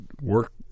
work